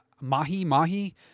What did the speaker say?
mahi-mahi